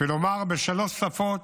ולומר בשלוש שפות: